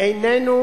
"עינינו